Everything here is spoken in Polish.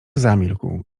zamilkł